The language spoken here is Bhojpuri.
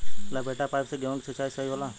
लपेटा पाइप से गेहूँ के सिचाई सही होला?